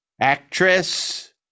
actress